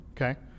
okay